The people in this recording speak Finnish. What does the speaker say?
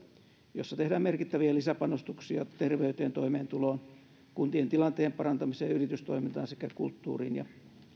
jossa tehdään merkittäviä lisäpanostuksia terveyteen toimeentuloon kuntien tilanteen parantamiseen ja yritystoimintaan sekä kulttuuriin ja